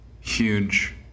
huge